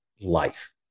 life